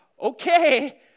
Okay